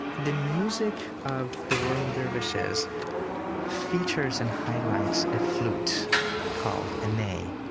the music of the whirling dervishes features and highlights a flute called a ney.